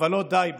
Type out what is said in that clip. אבל לא די בו.